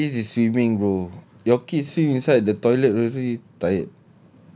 ya but this is swimming bro your kids swim inside the toilet also you tired